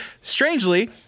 strangely